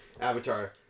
Avatar